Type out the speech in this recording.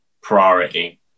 priority